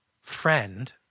friend